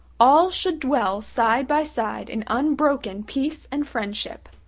all should dwell side by side in unbroken peace and friendship.